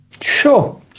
Sure